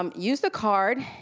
um used the card,